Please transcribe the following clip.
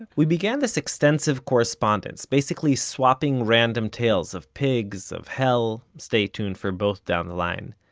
we began this extensive correspondence, basically swapping random tales of pigs, of hell stay tuned for both down the line.